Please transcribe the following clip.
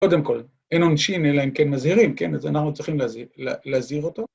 ‫קודם כול, אין עונשים ‫אלא אם כן מזהירים, כן? ‫אז אנחנו צריכים ...ל. להזהיר אותו.